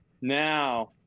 now